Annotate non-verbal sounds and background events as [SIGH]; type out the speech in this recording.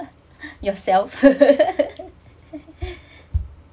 yourself [LAUGHS]